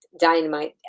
dynamite